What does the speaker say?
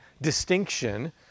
distinction